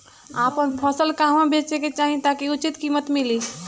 आपन फसल कहवा बेंचे के चाहीं ताकि उचित कीमत मिली?